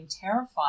terrified